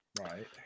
Right